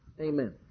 Amen